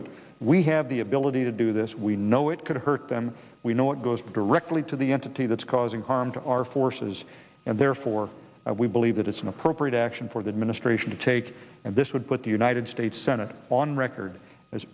it we have the ability to do this we know it could hurt them we know what goes directly to the entity that's causing harm to our forces and therefore we believe that it's an appropriate action for the administration to take and this would put the united states senate on record as